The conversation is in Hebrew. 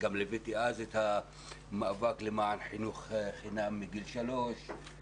לוויתי אז את המאבק למען חינוך חינם מגיל שלוש.